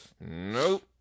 Nope